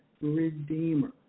Redeemer